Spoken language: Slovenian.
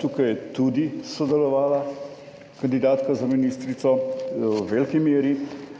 tukaj je tudi sodelovala kandidatka za ministrico, v veliki meri.